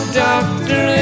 doctor